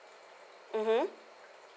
mmhmm